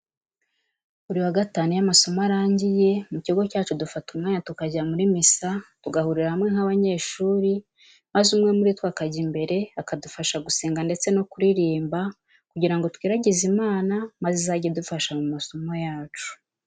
Buri wa Gatanu iyo amasomo arangiye, mu kigo cyacu dufata umwanya tukajya muri misa, tugahurira hamwe nk'abanyeshuri maze umwe muri twe akajya imbere akadufasha gusenga ndetse no kuririmba, kugira ngo twiragize Imana maze izajye idufasha mu masomo yacu.